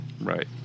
Right